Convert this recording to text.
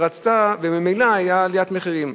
וממילא היתה עליית מחירים.